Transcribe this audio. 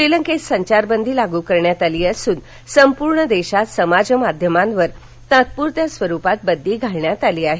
श्रीलंकेत संचारबंदी लागू करण्यात आली असून संपूर्ण देशात समाजमाध्यमांवर तात्पूरत्या स्वरुपात बंदी घालण्यात आली आहे